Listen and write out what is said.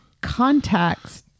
contacts